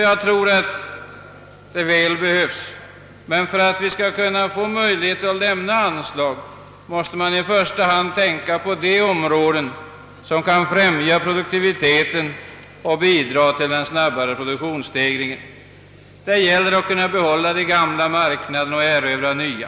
Jag tror att dessa anslagsökningar behövs, men för att vi skall få möjligheter att lämna högre anslag måste vi i första hand tänka på de områden som kan främja produktiviteten och bidra till en snabbare produktionsstegring. Det gäller både att kunna behålla de gamla marknaderna och att erövra nya.